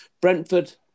Brentford